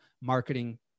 Marketing